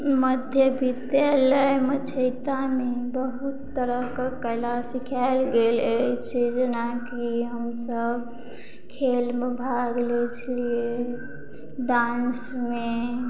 मध्य विद्यालय मछैतामे बहुत तरहके कला सिखाएल गेल अछि जेनाकि हमसब खेलमे भाग लै छलियै डांसमे